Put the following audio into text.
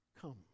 Come